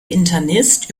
internist